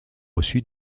reçu